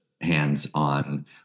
hands-on